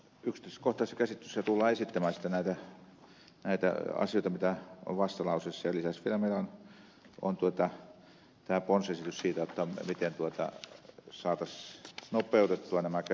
sen takia yksityiskohtaisessa käsittelyssä tulemme esittämään näitä asioita mitä on vastalauseissa ja sen lisäksi meillä on vielä tämä ponsiesitys siitä miten saataisiin nopeutettua näitä käsittelyaikoja työttömyysturvan osalta